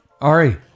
Ari